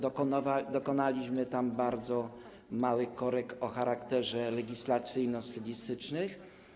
Dokonaliśmy tam bardzo małych korekt o charakterze legislacyjno-stylistycznym.